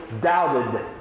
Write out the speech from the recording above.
doubted